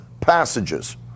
passages